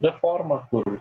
reforma kur